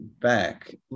back